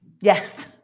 Yes